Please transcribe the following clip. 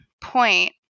point